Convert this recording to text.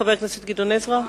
חבר הכנסת גדעון עזרא.